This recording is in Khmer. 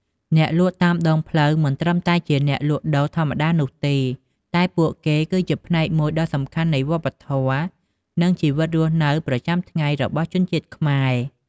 អ្នកលក់តាមដងផ្លូវមិនត្រឹមតែជាអ្នកលក់ដូរធម្មតានោះទេ តែពួកគេគឺជាផ្នែកមួយដ៏សំខាន់នៃវប្បធម៌ និងជីវិតរស់នៅប្រចាំថ្ងៃរបស់ជនជាតិខ្មែរ។